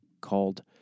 called